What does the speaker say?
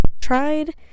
tried